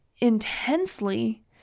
intensely